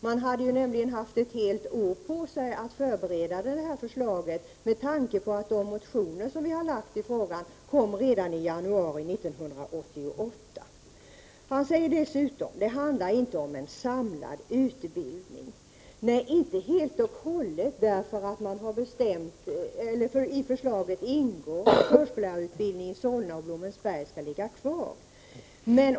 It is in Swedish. Den hade ju haft ett helt år på sig att förbereda detta förslag, eftersom våra motioner i frågan väcktes redan i januari 1988. Bengt Silfverstrand framhöll att det inte handlar om en samlad utbildning. Nej, inte helt och hållet, eftersom i förslaget ingår att förskollärarutbildningen i Solna och Blommensberg skall ligga kvar.